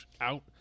out